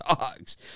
dogs